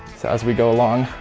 so as we go along,